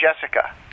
Jessica